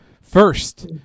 first